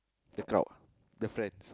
the crowd the friends